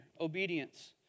obedience